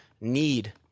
need